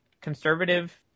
conservative